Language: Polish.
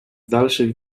dalszych